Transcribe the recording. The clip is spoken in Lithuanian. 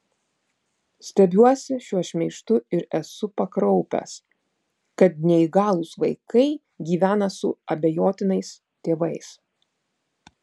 stebiuosi šiuo šmeižtu ir esu pakraupęs kad neįgalūs vaikai gyvena su abejotinais tėvais